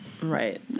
Right